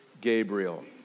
Gabriel